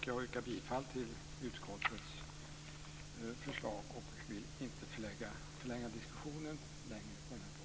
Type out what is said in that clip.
Jag yrkar bifall till utskottets hemställan och vill inte förlänga diskussionen på den här punkten.